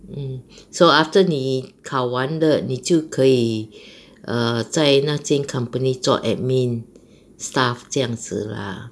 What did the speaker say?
mm so after 你考完了你就可以 err 在那间 company 做 admin staff 这样子 lah